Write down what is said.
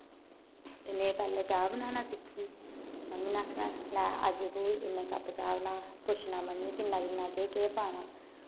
ते में पैह्लै चाह् बनाना सिक्खी मम्मी ने आखना लै अज्ज तूं इन्ने कप्प चाह् बना पुछना मम्मी किन्ना किन्ना केह् केह् पाना